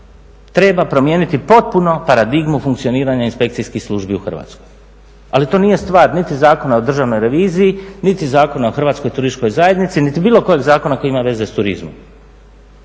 Treba promijeniti potpuno paradigmu funkcioniranja inspekcijskih službi u Hrvatskoj, ali to nije stvar niti Zakona o državnoj reviziji, niti Zakona o Hrvatskoj turističkoj zajednici, niti bilo kojeg zakona koji ima veze s turizmom.